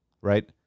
right